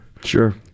Sure